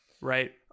right